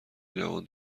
جوان